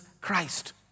Christ